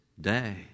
day